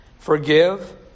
Forgive